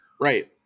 right